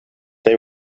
they